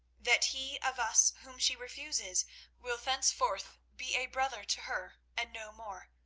that he of us whom she refuses will thenceforth be a brother to her and no more,